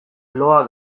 loa